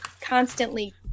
constantly